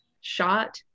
shot